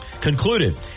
concluded